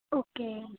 okay